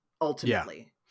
ultimately